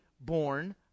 born